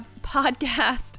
podcast